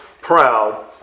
proud